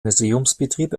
museumsbetrieb